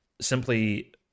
simply